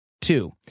Two